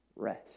rest